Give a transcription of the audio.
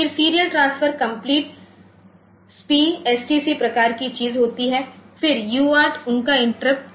फिर serial transfer complete स्पि STC प्रकार की चीज होती है फिर यूआरटीउनका इंटरप्ट